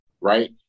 right